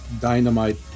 Dynamite